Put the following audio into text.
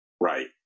Right